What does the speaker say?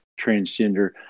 transgender